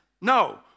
No